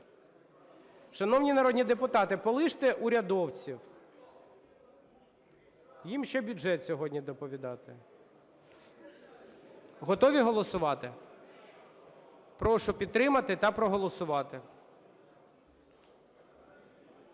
Шановні народні депутати, полиште урядовців, їм ще бюджет сьогодні доповідати. Готові голосувати? Прошу підтримати та проголосувати.